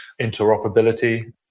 interoperability